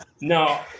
No